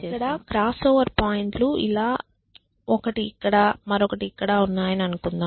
ఇక్కడ క్రాస్ఓవర్ పాయింట్లు ఇలా ఒకటి ఇక్కడ మరొకటి ఇక్కడ ఉన్నాయని అనుకుందాం